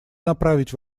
направить